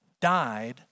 died